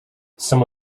some